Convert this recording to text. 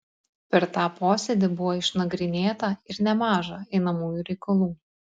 per tą posėdį buvo išnagrinėta ir nemaža einamųjų reikalų